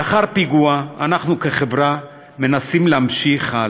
לאחר פיגוע אנחנו, כחברה, מנסים להמשיך הלאה,